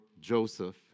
Joseph